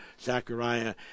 Zechariah